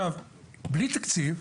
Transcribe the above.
בלי תקציב,